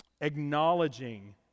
acknowledging